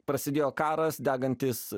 prasidėjo karas degantys